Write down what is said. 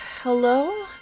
Hello